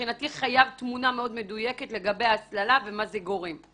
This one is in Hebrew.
מבחינתי חייב תמונה מאוד מדויקת לגבי ההסללה ומה זה גורם,